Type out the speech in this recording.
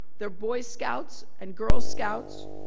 they're boy scouts and girl scouts.